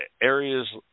areas